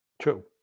True